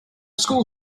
school